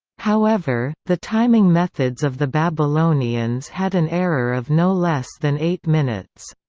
however, the timing methods of the babylonians had an error of no less than eight minutes.